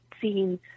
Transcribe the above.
seen